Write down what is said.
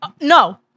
No